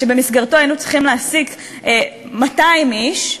שבמסגרתו היינו צריכים להעסיק 200 איש,